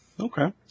Okay